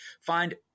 find